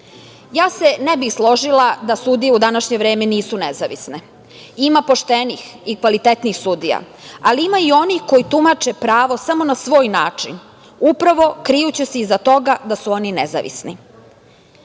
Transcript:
bih se složila da sudije u današnje vreme nisu nezavisne. Ima poštenih i kvalitetnih sudija, ali ima i onih koji tumače pravo samo na svoj način, upravo krijući se iza toga da su oni nezavisni. Poštovani